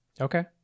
Okay